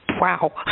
wow